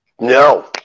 No